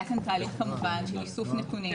היה כאן תהליך כמובן של איסוף נתונים,